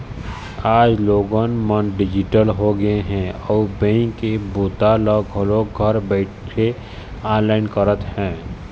आज लोगन मन डिजिटल होगे हे अउ बेंक के बूता ल घलोक घर बइठे ऑनलाईन करत हे